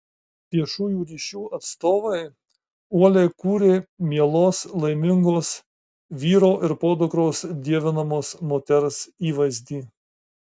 viešųjų ryšių atstovai uoliai kūrė mielos laimingos vyro ir podukros dievinamos moters įvaizdį